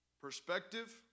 Perspective